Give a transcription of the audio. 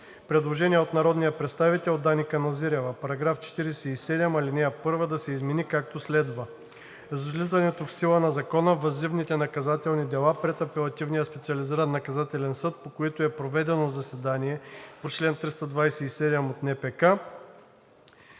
предложение от народния представител Дани Каназирева: „Параграф 47, ал. 1 да се измени, както следва: „С влизането в сила на закона въззивните наказателни дела пред Апелативния специализиран наказателен съд, по които е проведено заседание по чл. 327 от НПК,